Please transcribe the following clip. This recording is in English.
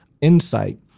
insight